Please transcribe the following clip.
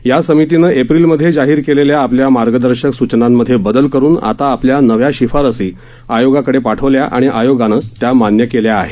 या समितीनं एप्रिल मध्ये जाहीर केलेल्या आपल्या मार्गदर्शक सूचनांमध्ये बदल करून आपल्या नव्या शिफारसी आयोगाकडे पाठवल्या आणि आयोगानं त्या मान्य केल्या आहेत